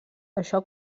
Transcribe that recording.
això